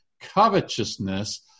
covetousness